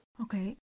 Okay